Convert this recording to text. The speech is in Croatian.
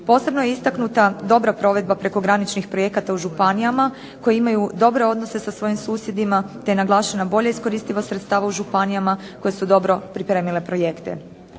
Posebno je istaknuta dobra provedba prekograničnih projekata u županijama koje imaju dobre odnose sa svojim susjedima te je naglašena bolja iskoristivost sredstava u županijama koje su dobro pripremile projekte.